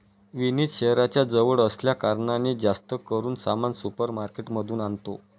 विनीत शहराच्या जवळ असल्या कारणाने, जास्त करून सामान सुपर मार्केट मधून आणतो